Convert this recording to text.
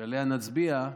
שעליה נצביע,